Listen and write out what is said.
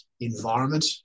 environment